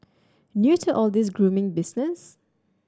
new to all this grooming business